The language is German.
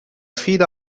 viele